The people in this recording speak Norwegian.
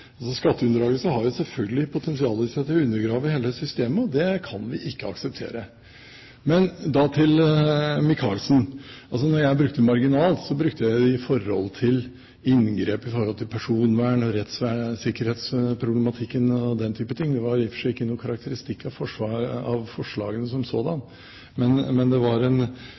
har selvfølgelig et potensial i seg til å undergrave hele systemet, og det kan vi ikke akseptere. Men til Micaelsen: Når jeg brukte «marginalt», brukte jeg det om inngrep i forhold til personvern og rettssikkerhetsproblematikken og den typen ting. Det var i og for seg ikke noen karakteristikk av forslagene som sådanne. Det var en type karakteristikk av de forslagene sett i forhold til det